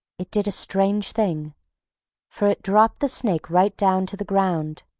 it did a strange thing for it dropped the snake right down to the ground.